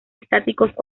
estáticos